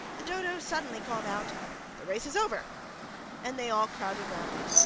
the dodo suddenly called out the race is over and they all crowded round it,